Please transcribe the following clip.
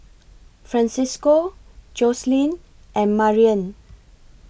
Francesco Joselin and Marian